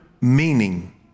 meaning